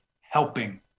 helping